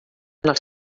els